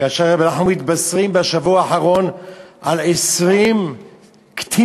כאשר אנחנו מתבשרים בשבוע האחרון על 20 קטינים,